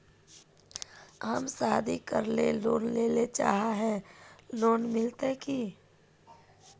हम शादी करले लोन लेले चाहे है लोन मिलते की?